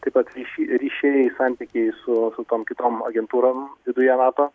taip pat ryši ryšiai santykiai su tom kitom agentūrom viduje nato